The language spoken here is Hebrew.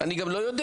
אני לא יודע.